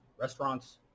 restaurants